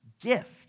gift